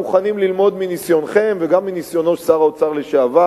אנחנו מוכנים ללמוד מניסיונכם וגם מניסיונו של שר האוצר לשעבר.